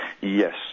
Yes